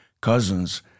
cousins